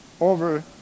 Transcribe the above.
over